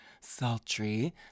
sultry